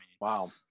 Wow